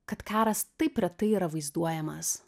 kad karas taip retai yra vaizduojamas